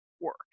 work